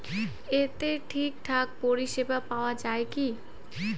এতে ঠিকঠাক পরিষেবা পাওয়া য়ায় কি?